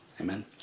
Amen